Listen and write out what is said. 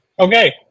Okay